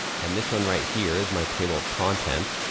and this one right here is my table of contents.